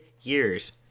years